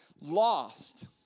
lost